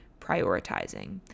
prioritizing